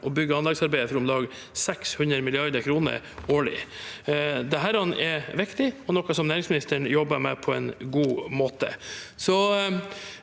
og bygg- og anleggsarbeid for om lag 600 mrd. kr årlig. Dette er viktig og noe næringsministeren jobber med på en god måte.